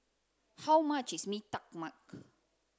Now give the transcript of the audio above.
how much is mee tai mak